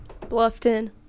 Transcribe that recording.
Bluffton